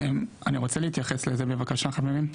אני רוצה להתייחס לזה, בבקשה חברים.